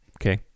Okay